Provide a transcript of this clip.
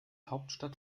hauptstadt